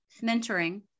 mentoring